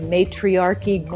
Matriarchy